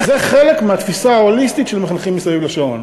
זה חלק מהתפיסה ההוליסטית של מחנכים מסביב לשעון.